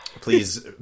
Please